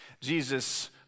Jesus